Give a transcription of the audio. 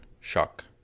shock